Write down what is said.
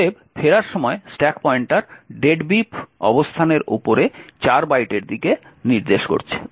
অতএব ফেরার সময় স্ট্যাক পয়েন্টার deadbeef অবস্থানের উপরে 4 বাইটের দিকে নির্দেশ করছে